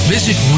Visit